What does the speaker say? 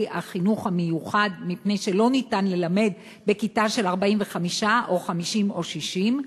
החינוך המיוחד מפני שלא ניתן ללמד בכיתה של 45 או 50 או 60,